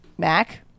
Mac